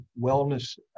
wellness